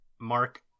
Mark